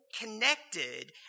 connected